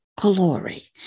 glory